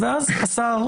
ואז השר,